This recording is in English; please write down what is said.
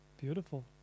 Beautiful